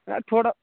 اَدٕ تھوڑا